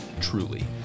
truly